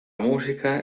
música